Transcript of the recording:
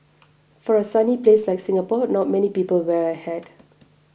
for a sunny place like Singapore not many people wear a hat